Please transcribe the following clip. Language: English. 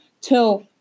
till